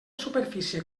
superfície